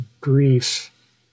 grief